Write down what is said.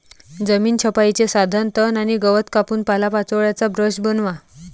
जमीन छपाईचे साधन तण आणि गवत कापून पालापाचोळ्याचा ब्रश बनवा